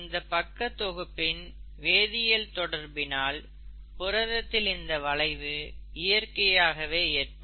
இந்தப் பக்க தொகுப்பின் வேதியல் தொடர்பினால் புரதத்தில் இந்த வளைவு இயற்கையாகவே ஏற்படும்